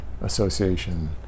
association